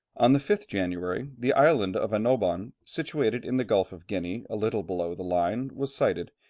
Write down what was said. on the fifth january, the island of annobon, situated in the gulf of guinea, a little below the line, was sighted,